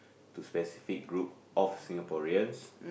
to specific group of Singaporeans